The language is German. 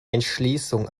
entschließung